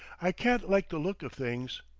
i can't like the look of things.